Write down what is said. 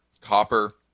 copper